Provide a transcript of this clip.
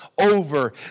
over